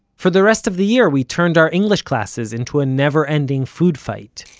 for the rest of the year we turned our english classes into a never-ending food fight.